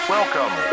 Welcome